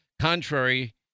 contrary